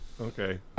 Okay